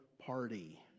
party